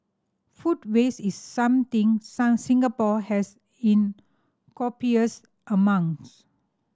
food waste is something Singapore has in copious amounts